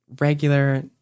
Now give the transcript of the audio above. regular